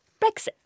Brexit